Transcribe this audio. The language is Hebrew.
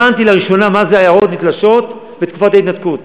הבנתי לראשונה מה זה עיירות נתלשות בתקופת ההתנתקות,